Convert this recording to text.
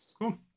Cool